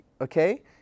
okay